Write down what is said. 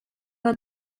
bat